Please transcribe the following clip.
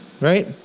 right